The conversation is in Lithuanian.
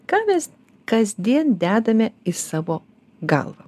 ką mes kasdien dedame į savo galvą